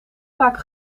vaak